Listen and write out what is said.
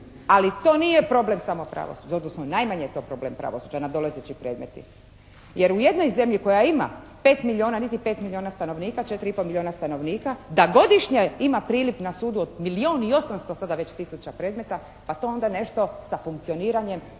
Ali to nije problem samo pravosuđa odnosno najmanje je to problem pravosuđa, nadolazeći predmeti. Jer u jednoj zemlji koja ima pet milijuna, niti pet milijuna stanovnika, 4 i pol milijuna stanovnika da godišnje ima priliv na sudu od milijun i osamsto sada već tisuća predmeta. Pa to onda nešto sa funkcioniranjem